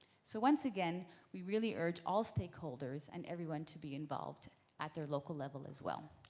so once again we really urge all stakeholders and everyone to be involved at their local level as well.